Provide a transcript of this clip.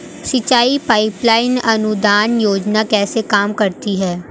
सिंचाई pipeline अनुदान योजना कैसे काम करती है?